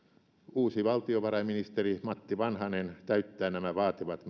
uusi valtiovarainministeri matti vanhanen täyttää nämä vaativat